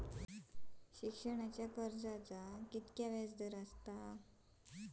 शिक्षणाच्या कर्जाचा किती व्याजदर असात?